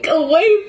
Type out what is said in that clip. away